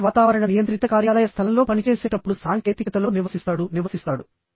మనిషి వాతావరణ నియంత్రిత కార్యాలయ స్థలంలో పనిచేసేటప్పుడు సాంకేతికతలో నివసిస్తాడు